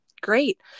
Great